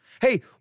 Hey